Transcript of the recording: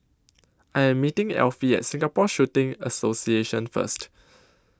I Am meeting Elfie At Singapore Shooting Association First